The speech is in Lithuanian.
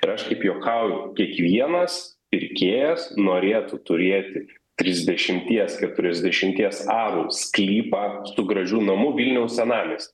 ir aš kaip juokauju kiekvienas pirkėjas norėtų turėti trisdešimties keturiasdešimties arų sklypą su gražiu namu vilniaus senamies